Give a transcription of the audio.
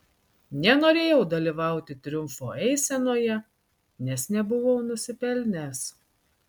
nenorėjau dalyvauti triumfo eisenoje nes nebuvau nusipelnęs